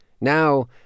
Now